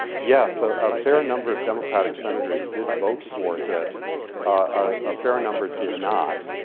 yes, so a fair number of democratic senators did vote for it a fair number did not